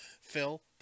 Phil